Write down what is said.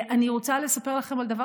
אני רוצה לספר לכם על דבר,